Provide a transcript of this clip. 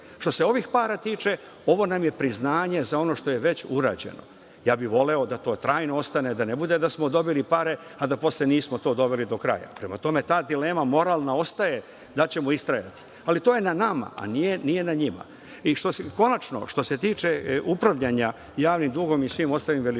Što se ovih para tiče, ovo nam je priznanje za ono što je već urađeno. Voleo bih da to trajno ostane, da ne bude da smo dobili pare, a da posle nismo to doveli do kraja. Prema tome, ta dilema moralna ostaje da li ćemo istrajati, ali to je na nama, a nije na njima. Konačno, što se tiče upravljanja javnim dugom i svim ostalim veličinama,